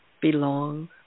belong